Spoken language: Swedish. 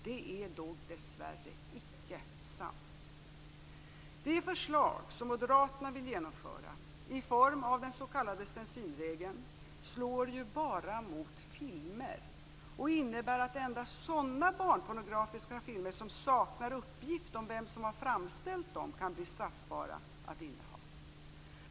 Det är dessvärre icke sant. Det förslag som Moderaterna vill genomföra i form av den s.k. stencilregeln slår ju bara mot filmer och innebär att endast sådana barnpornografiska filmer som saknar uppgift om vem som har framställt dem kan bli straffbara att inneha.